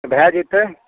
भए जेतै